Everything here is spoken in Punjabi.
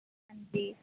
ਹਾਂਜੀ